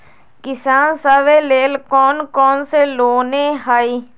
किसान सवे लेल कौन कौन से लोने हई?